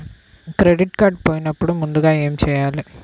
Credit card పోయినపుడు ముందుగా ఏమి చేయాలి?